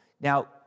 Now